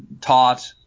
taught